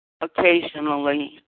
Occasionally